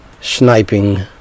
sniping